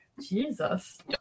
Jesus